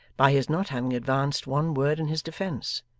by his not having advanced one word in his defence.